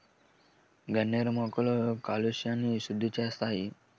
గన్నేరు మొక్కలు కాలుష్యంని సుద్దిసేస్తాయి